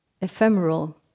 ephemeral